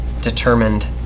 determined